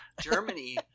Germany